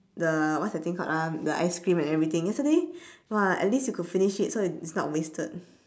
the what's the thing called ah the ice-cream and everything yesterday !wah! at least you could finish it so it's not wasted